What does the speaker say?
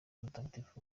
mutagatifu